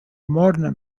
morna